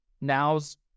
now's